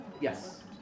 Yes